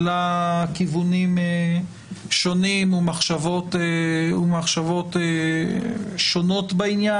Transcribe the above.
כיוונים ומחשבות שונים בעניין,